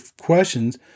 questions